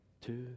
Two